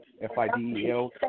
F-I-D-E-L